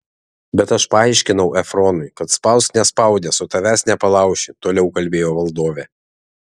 bet aš paaiškinau efronui kad spausk nespaudęs o tavęs nepalauši toliau kalbėjo valdovė